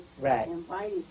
Right